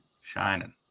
Shining